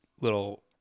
little